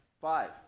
five